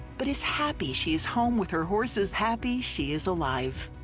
but is happy she's home with her horses, happy she is alive.